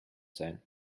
sein